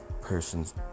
person's